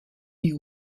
die